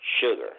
Sugar